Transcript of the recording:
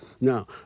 Now